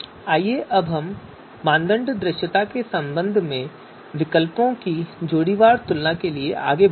आइए अब हम मानदंड दृश्यता के संबंध में विकल्पों की जोड़ीवार तुलना करने के लिए आगे बढ़ते हैं